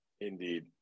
indeed